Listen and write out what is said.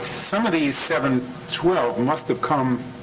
some of these seven twelve must have come